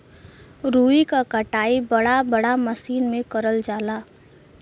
रुई क कटाई बड़ा बड़ा मसीन में करल जाला